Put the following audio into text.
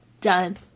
Done